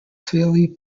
fairly